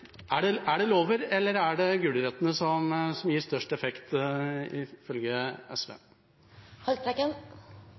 for langt. Er det lover eller er det gulrøttene som gir størst effekt, ifølge SV?